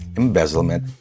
embezzlement